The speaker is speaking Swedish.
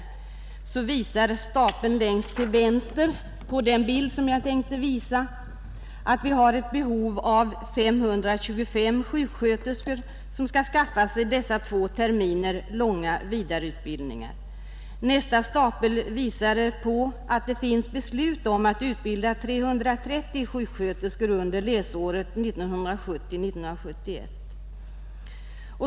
Stapeln längst till vänster visar att vi har ett behov av 525 sjuksköterskor, som skall skaffa sig dessa två terminer långa vidareutbildningar. Nästa stapel visar att det finns beslut om att utbilda 330 sjuksköterskor under läsåret 1970/71.